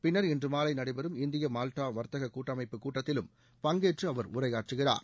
பின்னர் இன்று மாலை நடைபெறும் இந்திய மால்டா வர்த்தக கூட்டமைப்பு கூட்டத்திலும் பங்கேற்று அவர் உரையாற்றுகிறார்